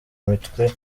imitwe